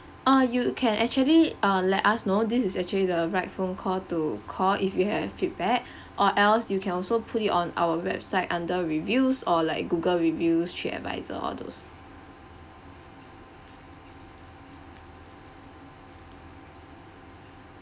uh you can actually uh let us know this is actually the right phone call to call if you have a feedback or else you can also put it on our website under reviews or like Google reviews TripAdvisor all those